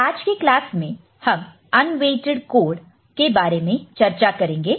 आज के क्लास में हम अन्वेट्इड कोड के बारे में चर्चा करेंगे